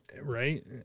right